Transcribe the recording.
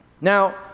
Now